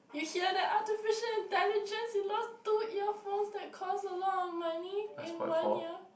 you hear that artificial intelligence he lost two earphones that cost a lot of money in one year